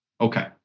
Okay